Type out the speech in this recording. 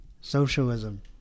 Socialism